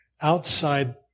outside